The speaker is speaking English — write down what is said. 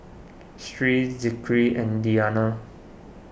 Sri Zikri and Diyana